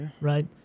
right